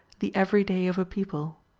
the every day of a people.